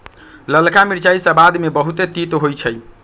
ललका मिरचाइ सबाद में बहुते तित होइ छइ